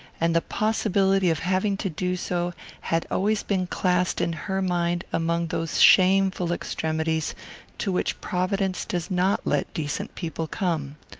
and the possibility of having to do so had always been classed in her mind among those shameful extremities to which providence does not let decent people come.